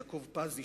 יעקב פזי,